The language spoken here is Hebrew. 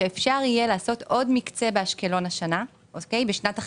שאפשר יהיה לעשות עוד מקצה באשקלון בשנת החסד,